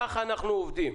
כך אנחנו עובדים.